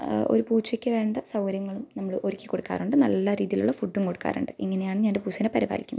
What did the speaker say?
ഒരു പൂച്ചക്ക് വേണ്ട സൗകര്യങ്ങളും നമ്മൾ ഒരുക്കി കൊടുക്കാറുണ്ട് നല്ല രീതിയിലുള്ള ഫുഡും കൊടുക്കാറുണ്ട് ഇങ്ങനെയാണ് ഞാൻ എൻ്റെ പൂച്ചേനെ പരിപാലിക്കുക